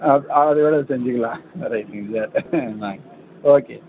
ஆ அப்படிக்கூட செஞ்சுக்கலாம் ரைட்டுங்க சார் நான் ஓகே